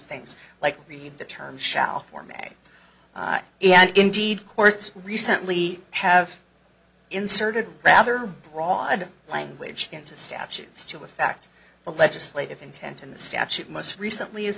things like read the term shall format and indeed courts recently have inserted rather broad language into statutes to effect a legislative intent in the statute most recently is